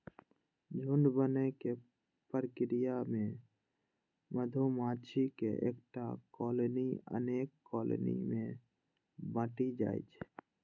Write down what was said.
झुंड बनै के प्रक्रिया मे मधुमाछीक एकटा कॉलनी अनेक कॉलनी मे बंटि जाइ छै